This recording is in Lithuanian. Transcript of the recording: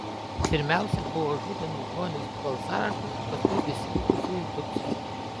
pirmiausia buvo žudomi žmonės pagal sąrašus paskui visi likusieji tutsiai